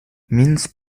mince